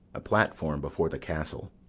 a platform before the castle.